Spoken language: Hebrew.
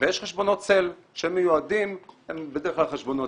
ויש חשבונות צל שהם בדרך כלל חשבונות